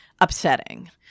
upsetting